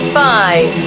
five